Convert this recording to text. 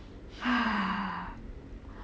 ha